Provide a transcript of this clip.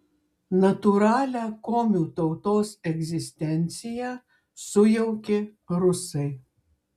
natūralią komių tautos egzistenciją sujaukė rusai